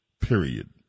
period